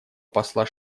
посла